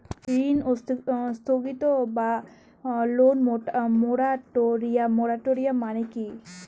ঋণ স্থগিত বা লোন মোরাটোরিয়াম মানে কি?